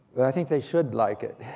but i think they should like it,